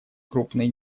крупные